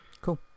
Cool